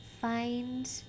find